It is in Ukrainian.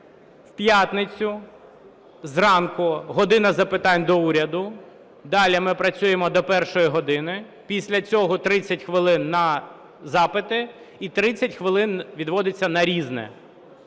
В п'ятницю зранку – "година запитань до Уряду", далі ми працюємо до першої години, після цього 30 хвилин на запити і 30 хвилин відводиться на "Різне".